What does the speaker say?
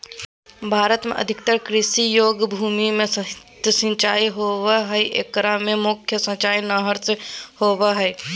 भारत में अधिकतर कृषि योग्य भूमि में सतही सिंचाई होवअ हई एकरा मे मुख्य सिंचाई नहर से होबो हई